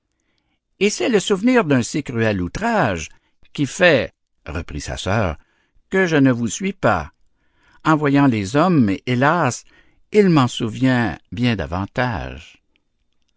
eh c'est le souvenir d'un si cruel outrage qui fait reprit sa sœur que je ne vous suis pas en voyant les hommes hélas il m'en souvient bien davantage